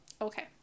Okay